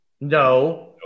No